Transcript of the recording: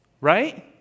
right